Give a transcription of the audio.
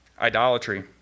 Idolatry